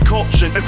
Culture